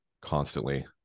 constantly